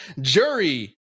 jury